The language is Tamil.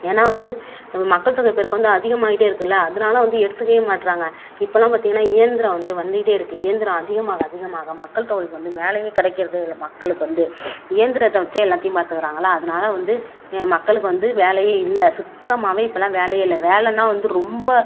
ஏன்னால் வந்து நம்ம மக்கள்தொகை பெருக்கம் வந்து அதிகமாயிட்டே இருக்குதுல்ல அதுனால வந்து எடுத்துக்கவே மாட்டுறாங்க இப்போதுலாம் பார்த்திங்கனா இயந்திரம் வந்து வந்துகிட்டே இருக்குது இயந்திரம் அதிகமாக அதிகமாக மக்கள்தொகைக்கு வந்து வேலையே கிடைக்கிறதே இல்லை மக்களுக்கு வந்து இயந்திரத்த வச்சே எல்லாத்தையும் பதுக்குறாங்கள அதுனால வந்து மக்களுக்கு வந்து வேலையே இல்ல சுத்தமாவே இப்போலாம் வேலையே இல்ல வேலனா வந்து ரொம்ப